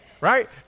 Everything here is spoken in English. Right